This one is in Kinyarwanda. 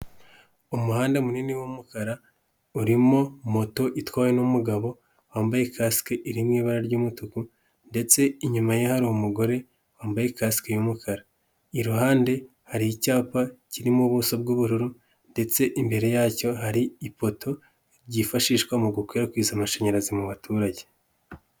Umuhanda munini w'umukara urimo moto itwawe n'umugabo wambaye kasike iri mu ibara ry'umutuku ndetse inyuma ye hari umugore wambaye ikasike y'umukara, iruhande hari icyapa kirimo ubuso bw'ubururu ndetse imbere yacyo hari ipoto ryifashishwa mu gukwirakwiza amashanyarazi mu baturage.